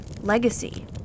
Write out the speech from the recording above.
legacy